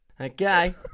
Okay